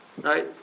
Right